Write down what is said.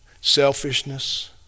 selfishness